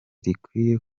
rikwiye